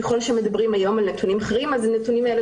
ככל שמדברים היום על נתונים אחרים אז הנתונים האלה